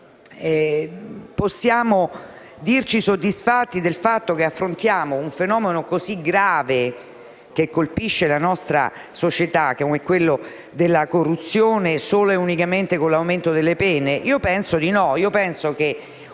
possiamo dirci soddisfatti del fatto che affrontiamo un fenomeno così grave, che colpisce la nostra società, come quello della corruzione, solo e unicamente con l'aumento delle pene? Io penso di no;